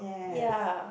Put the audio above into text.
ya